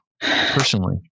personally